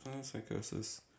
Psychosis